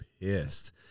pissed